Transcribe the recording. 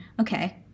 Okay